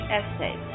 essay